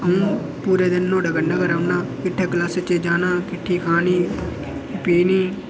अ'ऊं पूरे दिन नुहाड़े कन्नै गै रौह्न्ना किट्ठे क्लासै च जाना किट्ठी खानी पीनी